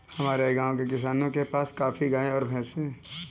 हमारे गाँव के किसानों के पास काफी गायें और भैंस है